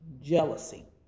jealousy